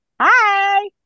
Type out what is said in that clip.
Hi